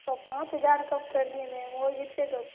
अब पाँच हज़ार कम कर दिए मेम और कितने करूँ